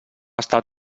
estat